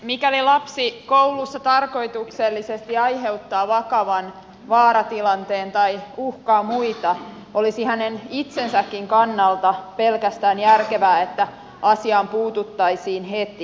mikäli lapsi koulussa tarkoituksellisesti aiheuttaa vakavan vaaratilanteen tai uhkaa muita olisi hänen itsensäkin kannalta pelkästään järkevää että asiaan puututtaisiin heti